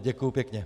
Děkuji pěkně.